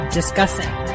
discussing